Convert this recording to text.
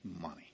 money